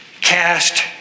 cast